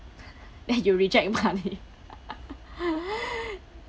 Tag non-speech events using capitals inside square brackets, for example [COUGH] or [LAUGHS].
eh you reject money [LAUGHS]